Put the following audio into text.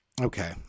Okay